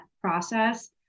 process